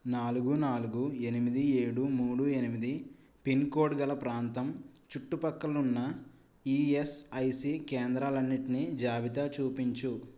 నాలుగు నాలుగు ఎనిమిది ఏడు మూడు ఎనిమిది పిన్ కోడ్ గల ప్రాంతం చుట్టుప్రక్కలున్న ఈఎస్ఐసి కేంద్రాలన్నిటిని జాబితా చూపించు